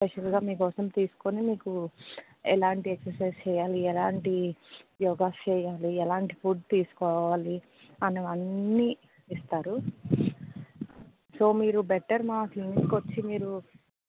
స్పెషల్గా మీకోసం తీసుకుని మీకు ఎలాంటి ఎక్ససైజ్ చేయాలి ఎలాంటి యోగాస్ చేయాలి ఎలాంటి ఫుడ్ తీసుకోవాలి అని అన్నీ ఇస్తారు సో మీరు బెటర్ మా క్లినిక్కి వచ్చి మీరు